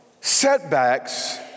setbacks